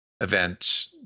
event